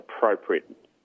Appropriate